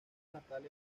natal